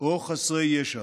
או חסרי ישע.